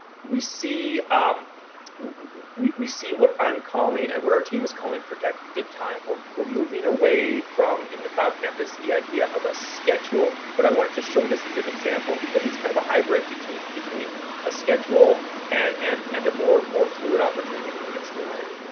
we see um see what i'm calling and what our team is calling protected time. we're we're moving away from in the cloud campus the idea of a schedule. but i wanted to show this as an example, because it's kind of a hybrid between between a schedule and and and a more more fluid opportunity for kids to learn.